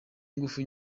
ingufu